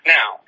Now